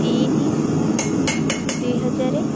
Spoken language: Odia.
ତିନି ଦୁଇ ହଜାର